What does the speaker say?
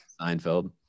Seinfeld